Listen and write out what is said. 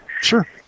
Sure